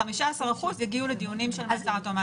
15% יגיעו לדיונים של מעצר עד תום ההליכים.